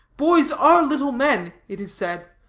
boys are little men, it is said.